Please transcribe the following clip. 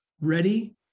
ready